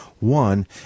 One